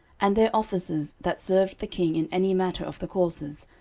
and their officers that served the king in any matter of the courses,